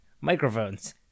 microphones